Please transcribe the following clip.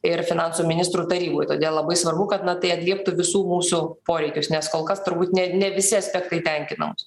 ir finansų ministrų taryboj todėl labai svarbu kad tai atlieptų visų mūsų poreikius nes kol kas turbūt ne ne visi aspektai tenkina mus